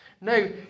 No